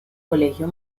colegio